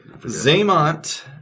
Zaymont